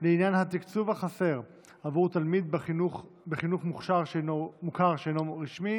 לעניין התקצוב החסר עבור תלמיד בחינוך מוכר שאינו רשמי